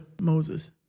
Moses